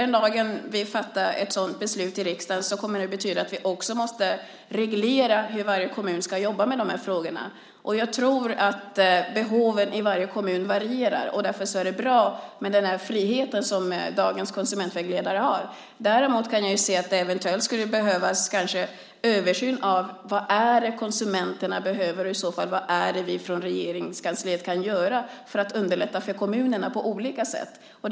Den dagen vi fattar ett sådant beslut i riksdagen kommer det att betyda att vi måste reglera hur varje kommun ska jobba med dessa frågor. Jag tror att behoven i varje kommun varierar, och därför är det bra med den frihet som dagens konsumentvägledare har. Däremot kan jag se att det eventuellt kan behövas en översyn av vad det är konsumenterna behöver och vad vi från Regeringskansliet i så fall kan göra för att på olika sätt underlätta för kommunerna.